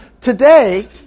Today